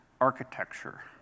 architecture